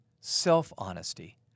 self-honesty